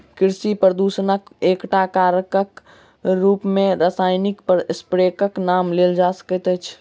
कृषि प्रदूषणक एकटा कारकक रूप मे रासायनिक स्प्रेक नाम लेल जा सकैत अछि